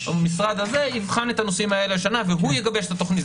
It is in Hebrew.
המשרד הזה יבחן את הנושאים האלה השנה והוא יגבש את התוכנית,